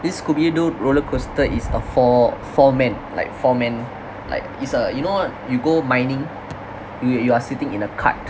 this scooby doo roller coaster is a four four man like four man like it's a you know you go mining you you are sitting in a cart